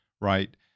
right